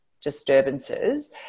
disturbances